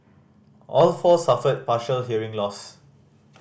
all four suffered partial hearing loss